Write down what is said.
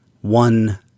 one